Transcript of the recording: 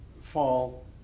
fall